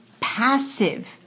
passive